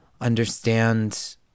understand